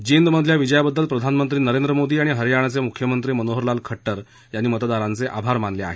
जिंदमधल्या विजयाबद्दल प्रधानमंत्री नरेंद्र मोदी आणि हरयाणाचे मुख्यमंत्री मनोहरलाल खट्टर यांनी मतदारांचे आभार मानले आहेत